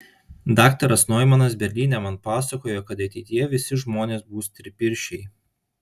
daktaras noimanas berlyne man pasakojo kad ateityje visi žmonės bus tripirščiai